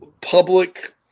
public